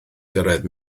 gyrraedd